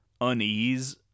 unease